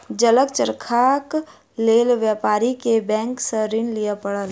जलक चरखाक लेल व्यापारी के बैंक सॅ ऋण लिअ पड़ल